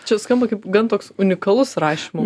čia skamba kaip gan toks unikalus rašymo